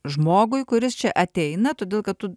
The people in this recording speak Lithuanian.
žmogui kuris čia ateina todėl kad tu